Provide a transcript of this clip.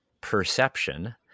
perception